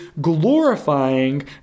glorifying